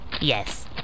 Yes